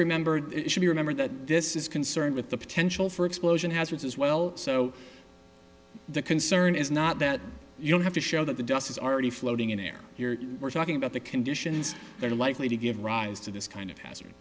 membered it should be remembered that this is concerned with the potential for explosion hazards as well so the concern is not that you don't have to show that the dust is already floating in air we're talking about the conditions that are likely to give rise to this kind of hazard